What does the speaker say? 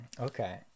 Okay